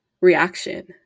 reaction